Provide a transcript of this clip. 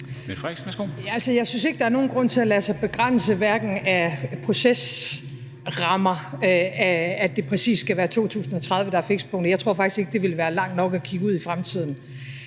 jeg synes ikke, der er nogen grund til at lade sig begrænse af procesrammer, at det præcis skal være 2030, der er fikspunktet. Jeg tror faktisk ikke, det ville være langt nok at kigge ud i fremtiden.